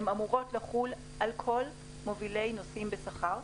הן אמורות לחול על כל מובילי נוסעים בשכר,